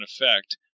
effect